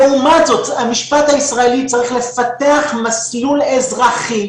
לעומת זאת, המשפט הישראלי צריך לפתח מסלול אזרחי,